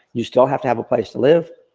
you still have to have a place to live,